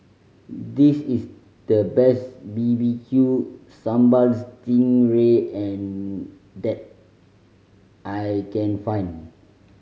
this is the best B B Q Sambal sting ray that I can find